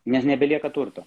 nes nebelieka turto